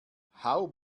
hau